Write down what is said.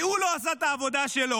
כי הוא לא עשה את העבודה שלו.